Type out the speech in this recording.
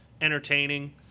entertaining